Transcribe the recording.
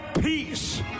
peace